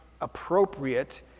appropriate